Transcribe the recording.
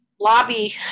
lobby